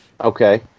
Okay